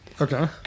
Okay